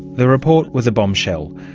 the report was a bombshell.